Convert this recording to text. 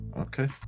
Okay